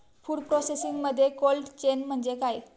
Food प्रोसेसिंगमध्ये cold chain म्हणजे काय?